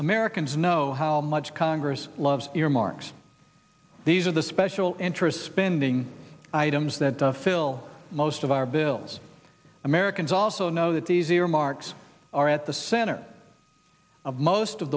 americans know how much congress loves earmarks these are the special interests spending items that fill most of our bills americans also know that these earmarks are at the center of